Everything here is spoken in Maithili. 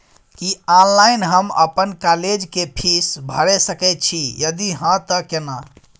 की ऑनलाइन हम अपन कॉलेज के फीस भैर सके छि यदि हाँ त केना?